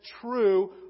true